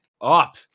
up